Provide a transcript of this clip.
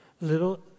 Little